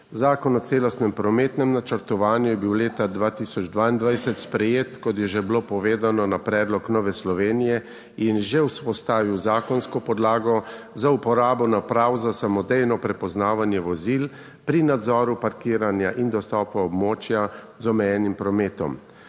Zakon o celostnem prometnem načrtovanju je bil leta 2022 sprejet, kot je že bilo povedano, na predlog Nove Slovenije in že vzpostavil zakonsko podlago za uporabo naprav za samodejno prepoznavanje vozil pri nadzoru parkiranja in dostopa območja z omejenim prometom.